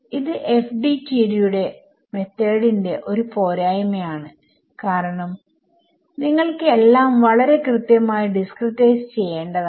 ഇത് FDTD മെത്തോഡിന്റെ ഒരു പോരായ്മ ആണ് കാരണം നിങ്ങൾക്ക് എല്ലാം വളരെ കൃത്യമായി ഡിസ്ക്രിടൈസ് ചെയ്യേണ്ടതാണ്